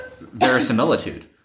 verisimilitude